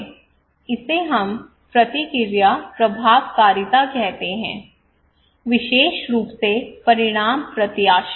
इसे हम प्रतिक्रिया प्रभावकारिता कहते हैं विशेष रूप से परिणाम प्रत्याशा